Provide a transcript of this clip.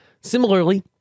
Similarly